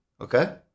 Okay